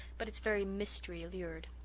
but its very mystery allured.